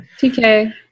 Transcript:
tk